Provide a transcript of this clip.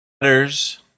Letters